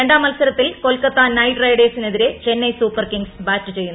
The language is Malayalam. രണ്ടാം മത്സരത്തിൽ കൊൽക്കത്ത നൈറ്റ് റൈഡേഴ്സിനെതിരെ ചെന്നൈ സൂപ്പർ കിംഗ്സ് ബാറ്റ് ചെയ്യുന്നു